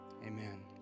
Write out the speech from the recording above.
Amen